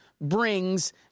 brings